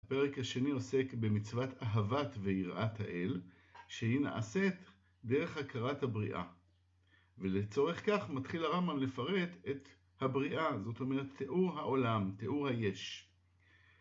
הפרק השני עוסק במצוות אהבת ויראת האל, שהיא נעשית דרך הכרת הבריאה, ולצורך כך מתחיל הרמב"ם לפרט את הבריאה, זאת אומרת תיאור העולם, תיאור היש